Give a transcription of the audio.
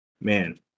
man